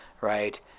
right